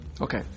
Okay